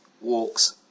walks